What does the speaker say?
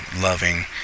loving